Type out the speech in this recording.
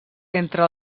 entre